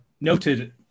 noted